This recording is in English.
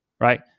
right